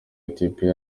ethiopia